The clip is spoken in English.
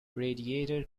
radiator